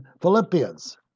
Philippians